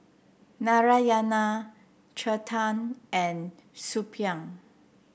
Narayana Chetan and Suppiah